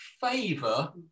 favor